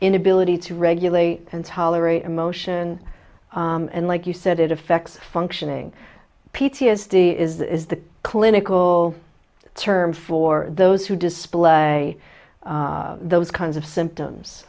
inability to regulate and tolerate emotion and like you said it affects functioning p t s d is the clinical term for those who display those kinds of symptoms